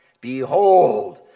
Behold